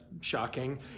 shocking